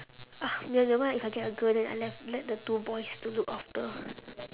ah then never mind if I get a girl then I left let the two boys to look after